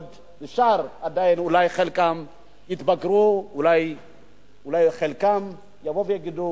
אולי חלקם יתבגרו, אולי חלקם יבואו ויגידו: